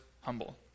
humble